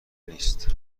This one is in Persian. نیست